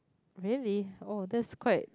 really oh that's quite